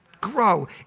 grow